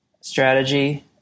strategy